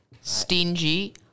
Stingy